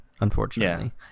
Unfortunately